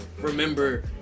remember